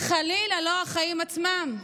חלילה לא החיים עצמם.